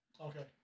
Okay